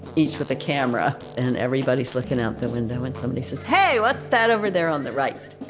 each with the camera. and everybody's looking out the window and somebody says, hey what's that over there on the right?